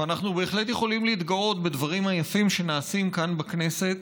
ואנחנו בהחלט יכולים להתגאות בדברים היפים שנעשים כאן בכנסת